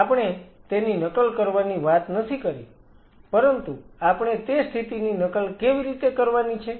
આપણે તેની નકલ કરવાની વાત નથી કરી પરંતુ આપણે તે સ્થિતિની નકલ કેવી રીતે કરવાની છે